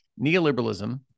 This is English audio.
neoliberalism